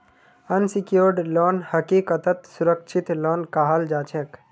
unsecured loan हकीकतत असुरक्षित loan कहाल जाछेक